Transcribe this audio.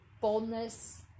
boldness